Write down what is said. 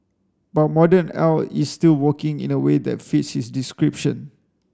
but modern is still working in a way that fits his description